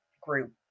group